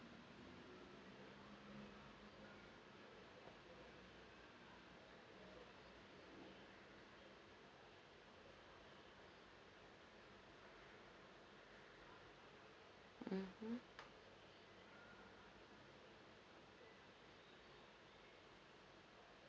mmhmm